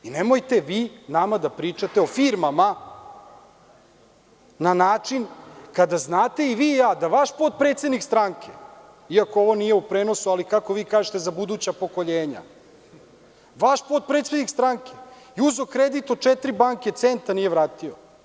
Nemojte vi nama da pričate o firmama na način kada znate i vi i ja da vaš potpredsednik stranke, iako ovo nije u prenosu, ali kako vi kažete, za buduća pokoljenja, vaš potpredsednik stranke je uzeo kredit od četiri banke, centa nije vratio.